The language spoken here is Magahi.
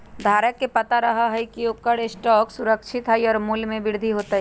धारक के पता रहा हई की ओकर स्टॉक सुरक्षित हई और मूल्य में वृद्धि होतय